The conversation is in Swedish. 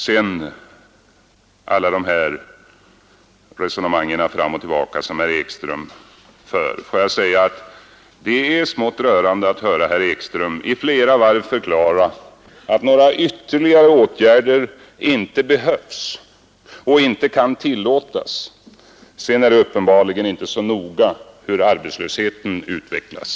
Beträffande alla de här resonemangen fram och tillbaka som herr Ekström för får jag säga att det är smått rörande att höra herr Ekström förklara i flera omgångar att ytterligare åtgärder inte behövs och inte kan tillåtas. Sedan är det uppenbarligen inte så noga hur arbetslösheten utvecklas.